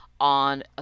on